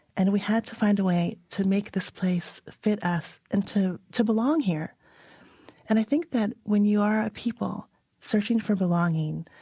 and we had to find a way to make this place fit us and to to belong here and i think that, when you are a people searching for belonging,